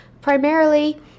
primarily